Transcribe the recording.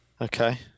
Okay